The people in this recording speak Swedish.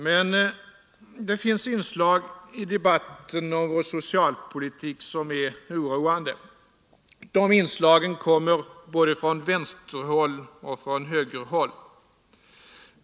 Men det finns inslag i debatten om vår socialpolitik som är oroande. De inslagen kommer både från vänsterhåll och från högerhåll.